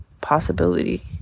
possibility